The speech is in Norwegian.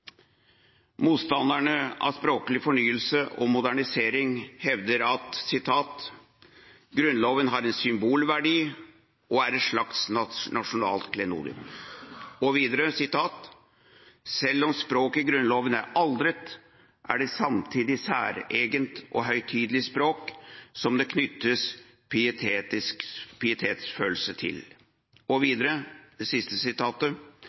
Motstanderne av språklig fornyelse og modernisering hevder i innstillinga at: Grunnloven har en symbolverdi og er et slags nasjonalt klenodium.» Videre står det: «Selv om språket i Grunnloven er aldret, er det samtidig et særegent og høytidelig språk som det knyttes pietetsfølelse til.» Videre står det: